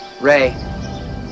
Ray